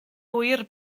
ŵyr